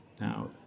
now